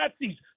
Nazis